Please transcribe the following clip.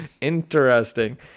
interesting